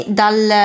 dal